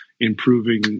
improving